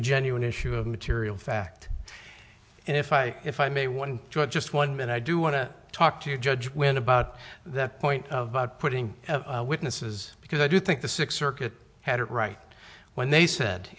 a genuine issue of material fact and if i if i may one just one minute i do want to talk to you judge when about that point about putting witnesses because i do think the six circuit had it right when they said